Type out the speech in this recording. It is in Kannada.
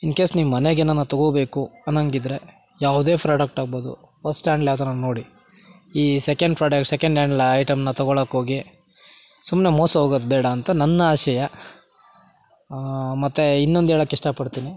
ಇನ್ ಕೇಸ್ ನೀವು ಮನೆಗೇನನ ತೊಗೋಬೇಕು ಅನ್ನಂಗಿದ್ರೆ ಯಾವುದೇ ಫ್ರೋಡಕ್ಟ್ ಆಗ್ಬೋದು ಫಸ್ಟ್ ಹ್ಯಾಂಡ್ಲ್ ಯಾವ್ದಾರು ನೋಡಿ ಈ ಸೆಕೆಂಡ್ ಫ್ರೋಡ ಸೆಕೆಂಡ್ ಹ್ಯಾಂಡ್ಲ ಐಟಮನ್ನ ತೊಗೊಳಕ್ಕೋಗಿ ಸುಮ್ಮನೆ ಮೋಸ ಹೋಗೋದ್ ಬೇಡ ಅಂತ ನನ್ನ ಆಶಯ ಮತ್ತು ಇನ್ನೊಂದು ಹೇಳಕ್ ಇಷ್ಟಪಡ್ತೀನಿ